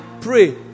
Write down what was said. pray